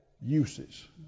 uses